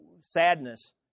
sadness